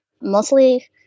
mostly